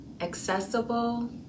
accessible